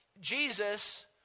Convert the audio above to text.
Jesus